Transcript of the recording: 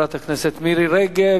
לחברת הכנסת מירי רגב.